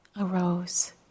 arose